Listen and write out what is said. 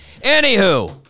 Anywho